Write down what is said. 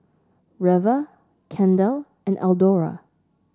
Reva Kendal and Eldora